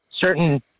certain